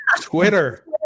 Twitter